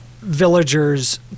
villagers